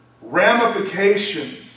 ramifications